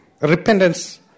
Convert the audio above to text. repentance